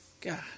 God